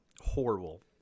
Horrible